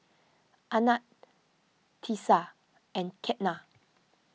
Anand Teesta and Ketna